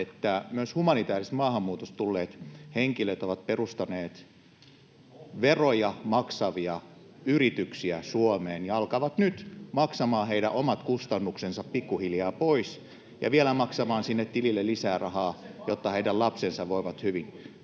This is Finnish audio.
että myös humanitäärisestä maahanmuutosta tulleet henkilöt ovat perustaneet veroja maksavia yrityksiä Suomeen ja alkavat nyt maksamaan heidän omat kustannuksensa pikkuhiljaa pois ja vielä maksamaan sinne tilille lisää rahaa, jotta heidän lapsensa voivat hyvin.